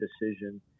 decision